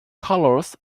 colors